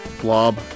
Blob